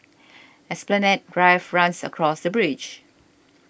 Esplanade Drive runs across the bridge